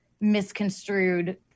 misconstrued